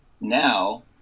now